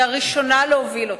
היא הראשונה להוביל אותו,